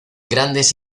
grandes